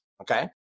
okay